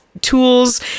tools